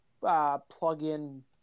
plug-in